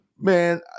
man